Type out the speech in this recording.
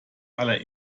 aller